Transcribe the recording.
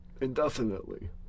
indefinitely